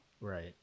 right